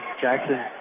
Jackson